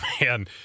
man